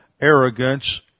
arrogance